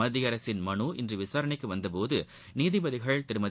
மத்திய அரசின் மனு இன்று விசாரணைக்கு வந்தபோது நீதிபதிகள் திருமதி